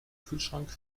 kühlschrank